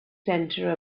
center